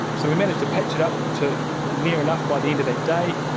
so we managed to patch it up to near enough by the and that day,